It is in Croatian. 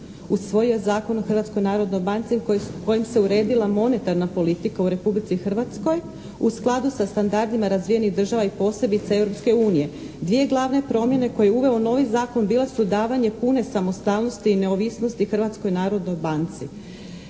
narodnoj banci kojim se uredila monetarna politika u Republici Hrvatskoj u skladu sa standardima razvijenih država i posebice Europske unije. Dvije glavne promjene koje je uveo novi zakon bila su davanja pune samostalnosti i neovisnosti